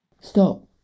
Stop